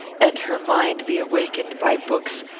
and her mind be awakened by books,